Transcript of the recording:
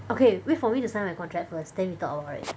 okay wait for me to sign my contract first then we talk about it